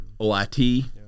OIT